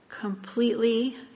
completely